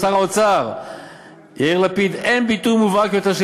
שר האוצר יאיר לפיד: אין ביטוי מובהק יותר של